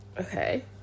Okay